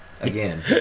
again